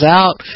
out